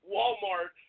Walmart